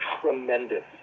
tremendous